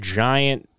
giant